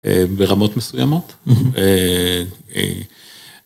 ברמות מסוימות.